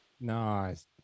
Nice